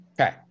Okay